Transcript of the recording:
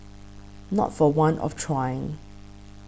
not for want of trying